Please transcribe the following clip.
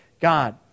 God